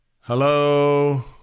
Hello